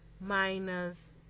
minus